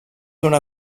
una